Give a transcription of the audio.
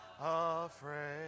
afraid